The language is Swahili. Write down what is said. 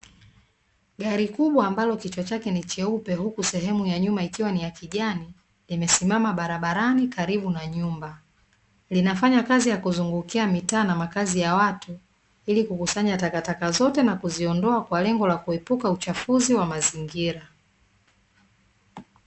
Gari kubwa ambalo kichwa chake ni cheupe huku sehemu ya nyuma ikiwa ni ya kijani, imesimama barabarani karibu na nyumba. Linafanya kazi ya kuzungukia mitaa na makazi ya watu ili kukusanya takataka zote na kuziondoa kwa lengo la kuepuka uchafuzi wa mazingira.